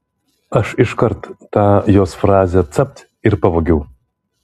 aš iškart tą jos frazę capt ir pavogiau